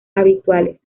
habituales